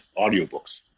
audiobooks